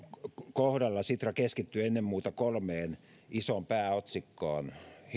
kohdalla sitra keskittyi ennen muuta kolmeen isoon pääotsikkoon